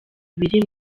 bibiri